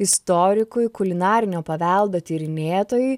istorikui kulinarinio paveldo tyrinėtojui